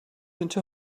into